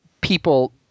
people